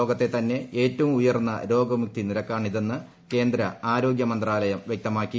ലോകത്തെ തന്നെ ഏറ്റവും ഉയർന്ന രോഗമുക്തി നിരക്കാണിതെന്ന് കേന്ദ്ര ആരോഗൃമന്ത്രാലയം വൃക്തമാക്കി